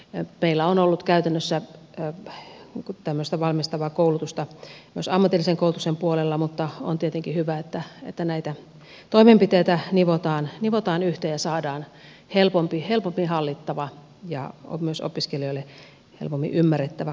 meillä on ollut käytännössä tämmöistä valmistavaa koulutusta myös ammatillisen koulutuksen puolella mutta on tietenkin hyvä että näitä toimenpiteitä nivotaan yhteen ja saadaan helpommin hallittava ja myös opiskelijoille helpommin ymmärrettävä kokonaisuus